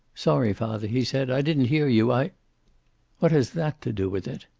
sorry, father, he said. i didn't hear you. i what has that to do with it?